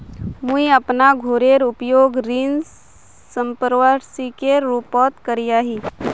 मुई अपना घोरेर उपयोग ऋण संपार्श्विकेर रुपोत करिया ही